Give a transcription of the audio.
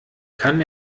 kann